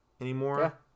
anymore